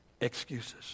excuses